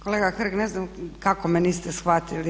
Kolega Hrg, ne znam kako me niste shvatili.